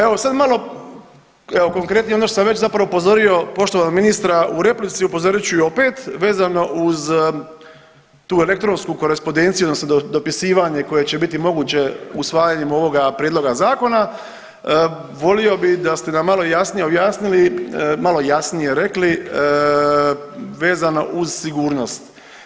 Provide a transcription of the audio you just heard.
Evo, sad malo, evo konkretnije, ono što sam već zapravo upozorio poštovanog ministra u replici, upozorit ću i opet, vezano uz tu elektronsku korespondenciju odnosno dopisivanje koje će biti moguće usvajanjem ovoga prijedloga zakona, volio bi da ste nam malo jasnije objasnili, malo jasnije rekli vezano uz sigurnost.